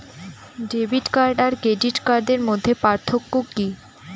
Debit card আর credit কার্ডের মধ্যে পার্থক্য কি?